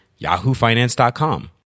yahoofinance.com